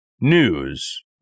News